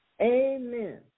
Amen